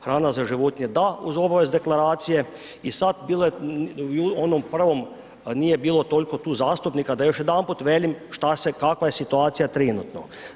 Hrana za životinje, da, uz obavezne deklaracije i sad, bilo je u onom prvom, nije bilo toliko tu zastupnika da još jedanput velik što se, kakva je situacija trenutno.